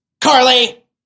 Carly